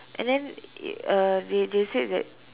and then it uh they they said that